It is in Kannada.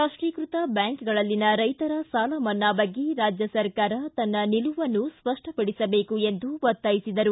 ರಾಷ್ಟೀಕೃತ ಬ್ಯಾಂಕ್ಗಳಲ್ಲಿನ ರೈತರ ಸಾಲ ಮನ್ನಾ ಬಗ್ಗೆ ರಾಜ್ಯ ಸರ್ಕಾರ ತನ್ನ ನಿಲುವನ್ನು ಸ್ಪಷ್ಟಪಡಿಸಬೇಕು ಎಂದು ಒತ್ತಾಯಿಸಿದರು